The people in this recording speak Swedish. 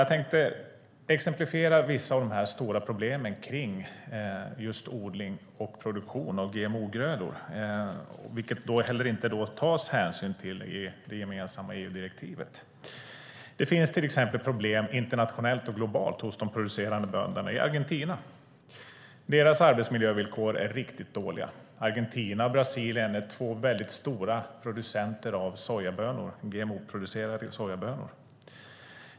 Jag tänkte exemplifiera vissa av de här stora problemen kring just odling och produktion av GMO-grödor, vilket heller inte tas hänsyn till i det gemensamma EU-direktivet. Det finns till exempel problem internationellt och globalt hos de producerande bönderna i Argentina. Deras arbetsmiljövillkor är riktigt dåliga. Argentina och Brasilien är två väldigt stora producenter av GMO-producerade sojabönor.